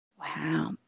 Wow